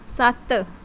ਸੱਤ